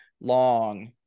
long